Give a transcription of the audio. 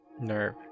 nerve